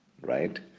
Right